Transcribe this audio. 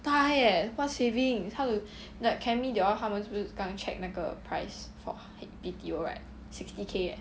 die eh what savings how to like ken mi they all 是不是刚 check 那个 price for B_T_O right sixty K eh